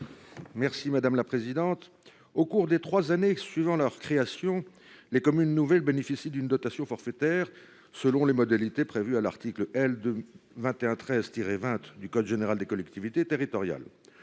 est à M. Bruno Sido. Au cours des trois années suivant leur création, les communes nouvelles bénéficient d’une dotation forfaitaire selon les modalités prévues à l’article L. 2113 20 du code général des collectivités territoriales.